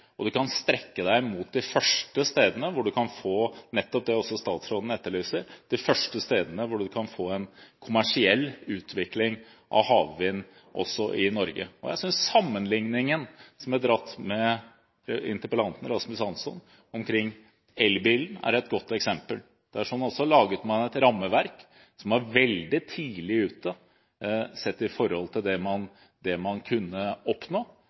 Og en kan strekke seg mot de første stedene, hvor en kan få – nettopp det også statsråden etterlyser – en kommersiell utvikling av havvind også i Norge. Jeg synes sammenligningen med elbilen, som er dratt fram av interpellanten, Rasmus Hansson, er et godt eksempel. Man laget et rammeverk, som man var veldig tidlig ute med, sett i forhold til det man kunne oppnå. Slik er det